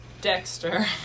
Dexter